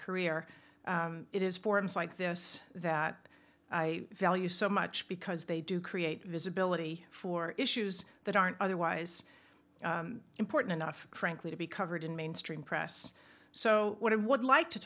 career it is forums like this that i value so much because they do create visibility for issues that aren't otherwise important enough frankly to be covered in mainstream press so what i would like to